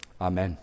Amen